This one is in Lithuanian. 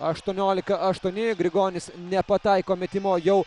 aštuoniolika aštuoni grigonis nepataiko metimo jau